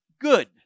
good